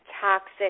toxic